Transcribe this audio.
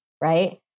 right